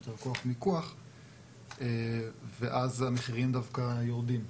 יותר כוח מיקוח ואז ה מחירים דווקא יורדים.